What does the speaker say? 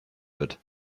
wird